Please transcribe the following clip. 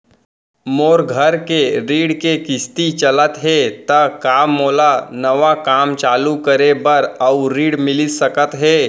मोर घर के ऋण के किसती चलत हे ता का मोला नवा काम चालू करे बर अऊ ऋण मिलिस सकत हे?